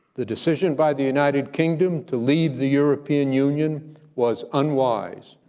the decision by the united kingdom to leave the european union was unwise,